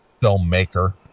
filmmaker